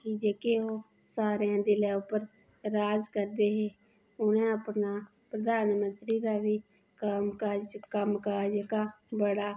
कि जेह्के ओह् सारें दे दिलै च उप्पर राज करदे हे उ'नें अपना प्रधानमंत्री दा बी कम्म काज जेह्का नुआढ़ा